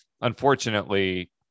unfortunately